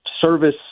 service